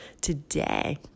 Today